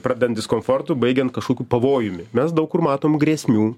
pradedant diskomfortu baigiant kažkokiu pavojumi mes daug kur matom grėsmių